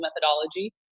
methodology